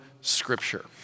Scripture